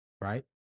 right